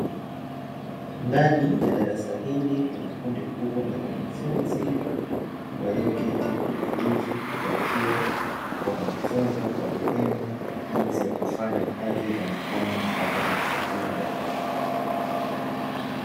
Ndani ya darasa hili kuna kundi kubwa la wanafunzi walioketi kwa utulivu, wakiwa wanajifunza kwa vitendo jinsi ya kufanya kazi za mikono zitakazo wasaidia baadae.